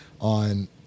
on